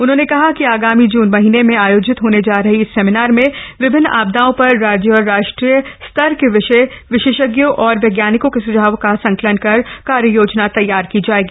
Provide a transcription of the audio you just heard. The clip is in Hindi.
उन्होंने कहा कि आगामी जून महीने में आयोजित होने जा रहे इस सेमिनार में विभिन्न आपदाओं पर राज्य और राष्ट्रीय स्तर के विषय विशेषज्ञों और वैज्ञानिकों के सुझावों का संकलन कर कार्ययोजना तैयार की जाएगी